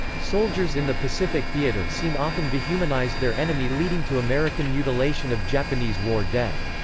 soldiers in the pacific theater seem often dehumanized their enemy leading to american mutilation of japanese war dead.